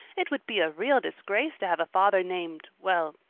it would be a real disgrace to have a father named well,